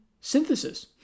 synthesis